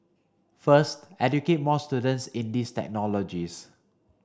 first educate more students in these technologies